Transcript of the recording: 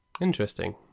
interesting